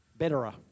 betterer